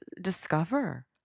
discover